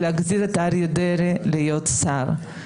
אריה דרעי להיות שר.